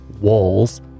walls